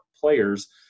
players